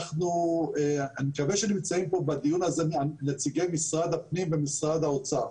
אני מקווה שנמצאים בדיון הזה נציגי משרד הפנים ומשרד האוצר.